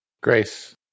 Grace